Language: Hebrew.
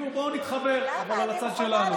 בואו נתחבר, אבל על הצד שלנו.